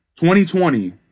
2020